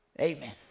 Amen